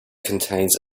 contains